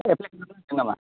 apply खालामनो नागिरदों नामा